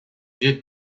did